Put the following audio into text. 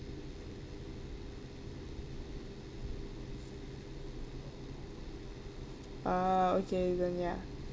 ah okay then ya